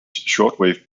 shortwave